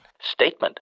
Statement